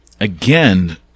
again